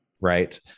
right